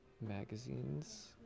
magazines